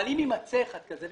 אבל אם יימצא אחד כזה,